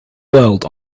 world